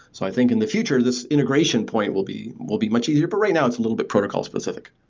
so i think, in the future, this integration point will be will be much easier. but right now, it's a little bit protocol specific.